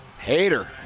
Hater